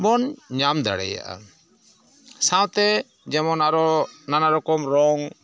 ᱵᱚᱱ ᱧᱟᱢ ᱫᱟᱲᱮᱭᱟᱜᱼᱟ ᱥᱟᱶᱛᱮ ᱡᱮᱢᱚᱱ ᱟᱨᱚ ᱱᱟᱱᱟ ᱨᱚᱠᱚᱢ ᱨᱚᱝ